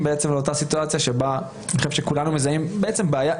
לאותה סיטואציה שבה אנחנו מזהים בעיה.